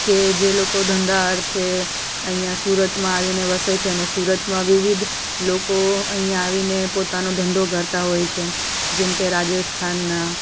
કે જે લોકો ધંધા અર્થે અહીંયા સુરતમાં આવીને વસે છે અને સુરતમાં વિવિધ લોકો અહીંયા આવીને પોતાનો ધંધો કરતાં હોય છે જેમ કે રાજસ્થાનનાં